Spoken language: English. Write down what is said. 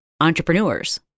entrepreneurs